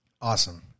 Awesome